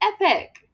epic